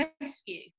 rescue